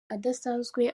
adasanzwe